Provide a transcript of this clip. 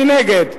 מי נגד?